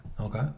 Okay